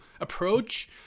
approach